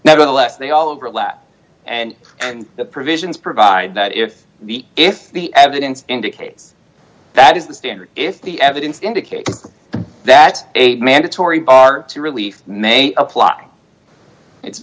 nevertheless they all overlap and the provisions provide that if if the evidence indicates that is the standard if the evidence indicates that a mandatory bar to relief may apply it's